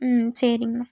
ம் சரிங்கண்ணா